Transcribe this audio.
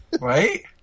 Right